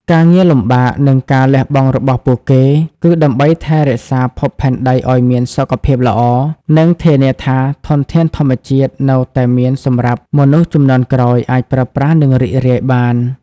ការងារលំបាក និងការលះបង់របស់ពួកគេ គឺដើម្បីថែរក្សាភពផែនដីឲ្យមានសុខភាពល្អ និងធានាថាធនធានធម្មជាតិនៅតែមានសម្រាប់ មនុស្សជំនាន់ក្រោយ អាចប្រើប្រាស់ និងរីករាយបាន។